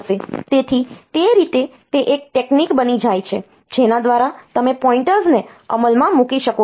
તેથી તે રીતે તે એક ટેકનિક બની જાય છે જેના દ્વારા તમે પોઈન્ટર્સને અમલમાં મૂકી શકો છો